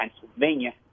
Pennsylvania